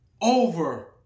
over